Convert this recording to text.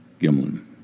Gimlin